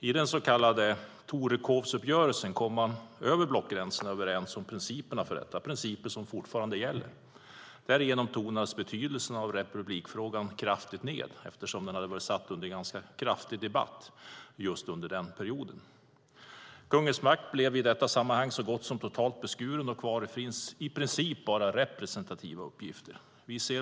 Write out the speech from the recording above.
I den så kallade Torekovsuppgörelsen kom man över blockgränserna överens om principerna. Det är principer som fortfarande gäller. Därigenom tonades betydelsen av republikfrågan kraftigt ned eftersom den hade varit satt under kraftig debatt under den perioden. Kungens makt blev i detta sammanhang så gott som totalt beskuren. Kvar fanns i princip bara representativa uppgifter.